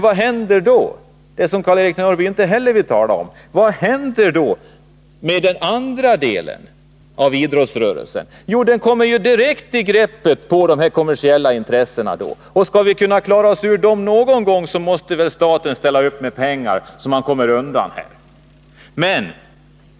Vad händer då med den andra delen av idrottsrörelsen? Det vill Karl-Erik Norrby inte heller tala om. Jo, den delen kommer direkt i händerna på de kommersiella intressena. Skall vi någon gång kunna klara oss ur det greppet, måste staten ställa upp med pengar.